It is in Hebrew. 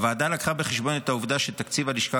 הוועדה לקחה בחשבון את העובדה שתקציב הלשכה